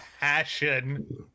passion